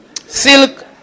Silk